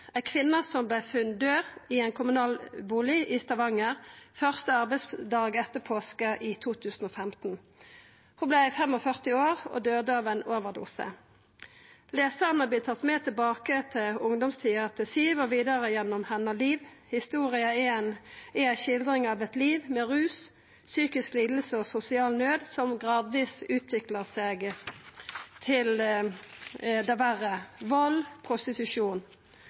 ei kvinne som vart funnen død i ein kommunal bustad i Stavanger første arbeidsdag etter påske i 2015. Ho vart 45 år og døydde av ein overdose. Lesarane vert tatt med tilbake til ungdomstida til Siw og vidare gjennom livet hennar. Historia er ei skildring av eit liv med rus, psykisk liding og sosial nød som gradvis utviklar seg til det verre – vald og prostitusjon.